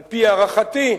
על-פי הערכתי,